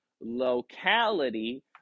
locality